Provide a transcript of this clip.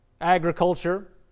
agriculture